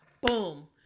Boom